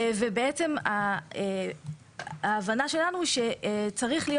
ובעצם ההבנה שלנו היא שצריך להיות